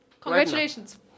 Congratulations